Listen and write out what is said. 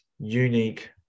unique